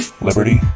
liberty